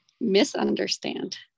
Misunderstand